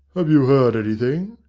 have you heard anything?